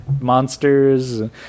monsters